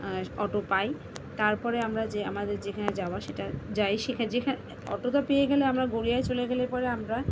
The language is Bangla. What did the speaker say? আর অটো পাই তারপরে আমরা যে আমাদের যেখানে যাওয়া সেটা যাই সেখানে যেখা অটোটা পেয়ে গেলে আমরা গড়িয়ায় চলে গেলে পরে আমরা